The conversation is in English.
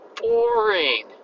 boring